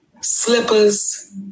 slippers